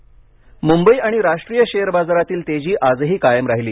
share बाजार मुंबई आणि राष्ट्रीय शेअर बाजारातील तेजी आजही कायम राहिली